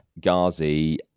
Ghazi